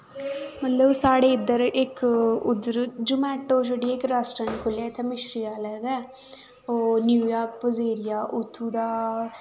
मतलव साढ़े इध्दर इक उध्दर जमैटो इक रैस्टोरैंट खुल्लेआ मिशरी आह्लैं दै ओह् न्यूयाक एरिया उत्थूं दा